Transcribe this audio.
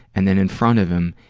and then in front of him,